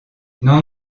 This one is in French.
non